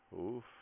Oof